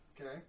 Okay